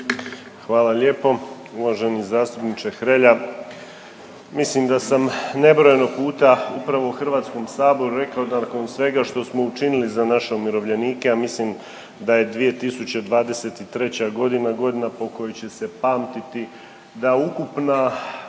Hvala lijepo. Uvaženi zastupniče Hrelja, mislim da sam nebrojeno puta upravo u Hrvatskom saboru rekao da nakon svega što smo učinili za naše umirovljenike, a mislim da je 2023. godina godina po kojoj će se pamtiti da ukupna